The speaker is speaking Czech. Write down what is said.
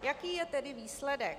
Jaký je tedy výsledek?